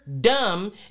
dumb